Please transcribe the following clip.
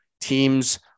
teams